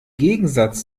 gegensatz